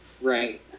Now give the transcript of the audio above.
Right